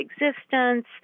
existence